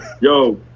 Yo